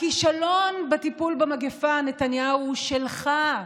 הכישלון בטיפול במגפה, נתניהו, הוא שלך.